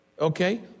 Okay